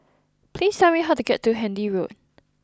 please tell me how to get to Handy Road